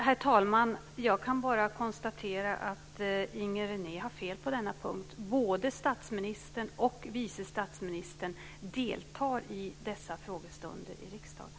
Herr talman! Jag kan bara konstatera att Inger René har fel på denna punkt. Både statsministern och vice statsministern deltar i dessa frågestunder i riksdagen.